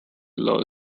law